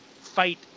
Fight